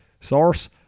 Source